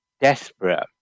desperate